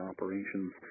Operations